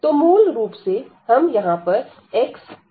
तो मूल रूप से हम यहां पर x कॉमन लेते हैं